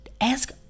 ask